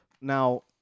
Now